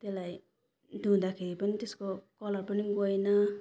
त्यसलाई धुँदाखेरि पनि त्यसको कलर पनि गएन